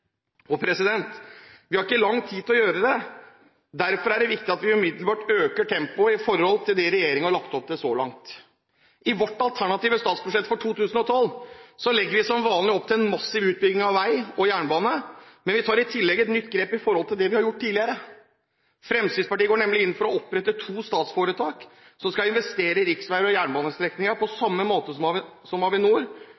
Vi har ikke lang tid å gjøre det på. Derfor er det viktig at vi umiddelbart øker tempoet i forhold til det regjeringen har lagt opp til så langt. I vårt alternative statsbudsjett for 2012 legger vi som vanlig opp til en massiv utbygging av vei og jernbane, men vi tar i tillegg et nytt grep i forhold til det vi har gjort tidligere. Fremskrittspartiet går nemlig inn for å opprette to statsforetak som skal investere i riksveier og jernbanestrekninger, på